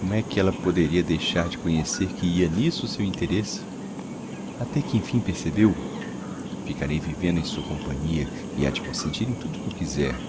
como é que ella poderia deixar de conhecer que ia n'isso o seu interesse até que emfim percebeu-o ficarei vivendo em sua companhia e ha de consentir em tudo que eu quiser